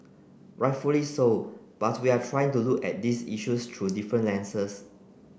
rightfully so but we are trying to look at these issues through different lenses